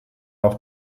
auch